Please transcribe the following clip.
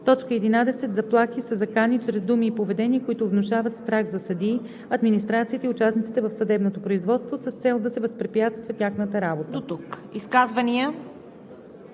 11. „Заплахи“ са закани чрез думи и поведение, които внушават страх за съдии, администрацията и участниците в съдебното производство, с цел да се възпрепятства тяхната работа.“